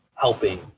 helping